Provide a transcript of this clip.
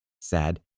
sad